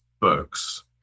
books